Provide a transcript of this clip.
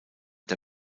der